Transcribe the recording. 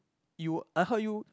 you I heard you